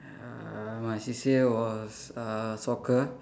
uh my C_C_A was uh soccer